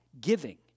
giving